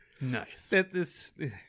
Nice